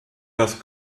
das